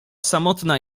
samotna